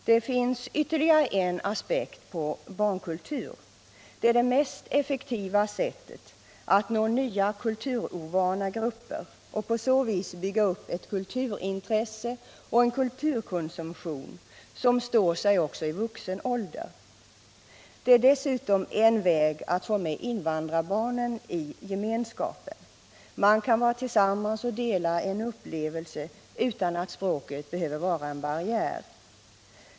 Det finns ytterligare en aspekt på begreppet barnkultur, nämligen att den är det mest effektiva sättet att nå nya kulturovana grupper och på så vis bygga upp ett kulturintresse och en kulturkonsumtion som står sig också i vuxen ålder. Det är dessutom en väg att få med invandrarbarnen i gemenskapen. Man kan vara tillsammans och dela en upplevelse utan att språket behöver vara en barriär.